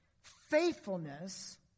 faithfulness